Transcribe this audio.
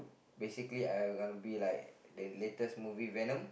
basically I got to be like the latest movie venom